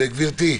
גברתי,